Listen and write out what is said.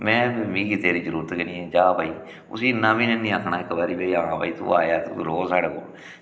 में मिगी तेरी जरूरत गै निं ऐ जा भई उस्सी इन्ना बी निं हैनी आखना इक बारी भई हां भई तू आया ऐं तू रौह् साढ़े कोल